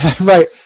right